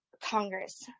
Congress